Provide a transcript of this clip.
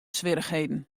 swierrichheden